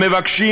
המבקשים,